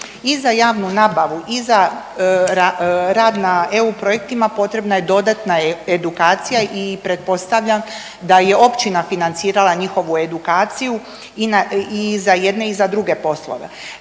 I za javnu nabavu i za radna na EU projektima potrebna je dodatna i pretpostavljam da je općina financirala njihovu edukaciju i za jedne i za druge poslove.